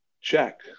check